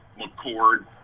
McCord